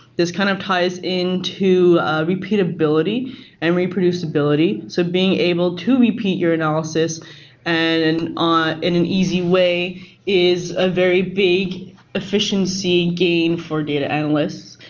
this kind of ties in to repeatability and reproducibility, so being able to repeat your analysis and ah in an easy way is a very be efficiency game for data analysts.